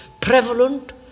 prevalent